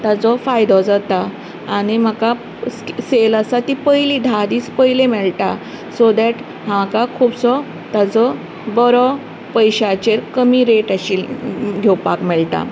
ताजो फायदो जाता आनी म्हाका सेल आसा ती पयली धा दीस पयलें मेळटा सो देट म्हाका खुबसो ताजो बरो पयशांचेर कमी रेट आशिल्ली घेवपाक मेळटा